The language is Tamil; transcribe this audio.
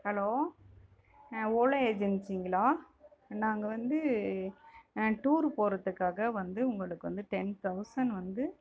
ஹலோ ஓலா ஏஜென்சிங்களா நாங்கள் வந்து டூரு போகிறதுக்காக வந்து உங்களுக்கு வந்து டென் தவுசண்ட் வந்து